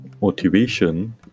Motivation